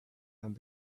and